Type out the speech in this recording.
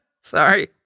Sorry